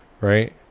right